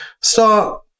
Start